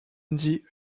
dundee